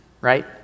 right